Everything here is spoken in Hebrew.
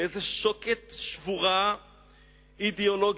לאיזו שוקת שבורה אידיאולוגית